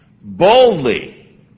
boldly